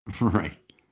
Right